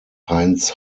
heinz